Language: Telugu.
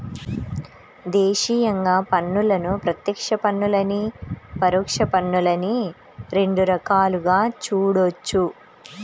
దేశీయంగా పన్నులను ప్రత్యక్ష పన్నులనీ, పరోక్ష పన్నులనీ రెండు రకాలుగా చూడొచ్చు